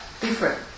different